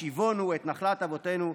השיבונו את נחלת אבותינו".